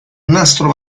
nastro